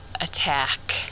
attack